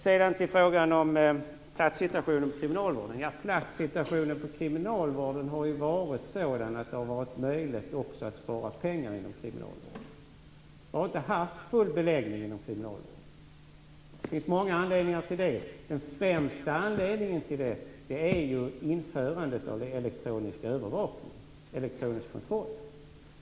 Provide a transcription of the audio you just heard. Platssituationen inom kriminalvården har varit sådan att det har varit möjligt att spara pengar inom kriminalvården. Vi har inte haft full beläggning inom kriminalvården. Det finns många anledningar till det. Den främsta anledningen är införandet av elektronisk övervakning, elektronisk fotboja.